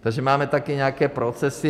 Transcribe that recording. Takže máme taky nějaké procesy.